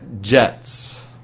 Jets